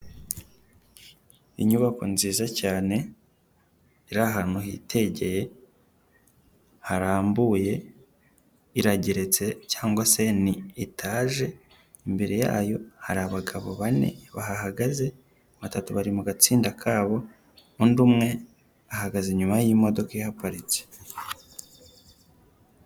Inyubako nziza cyane iri ahantu hitegeye, harambuye, irageretse cyangwa se ni etaje, imbere yayo hari abagabo bane bahagaze, batatu bari mu gatsinda kabo, undi umwe ahagaze inyuma y'imodoka ihaparitse.